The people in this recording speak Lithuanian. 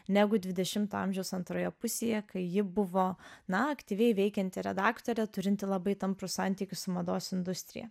negu dvidešimto amžiaus antroje pusėje kai ji buvo na aktyviai veikianti redaktorė turinti labai tamprų santykį su mados industrija